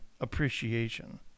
appreciation